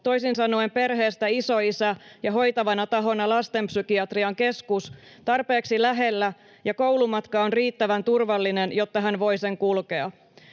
toisin sanoen perheestä isoisä ja hoitavana tahona lastenpsykiatrian keskus, tarpeeksi lähellä ja koulumatka on riittävän turvallinen, jotta hän voi sen kulkea.